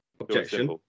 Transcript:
objection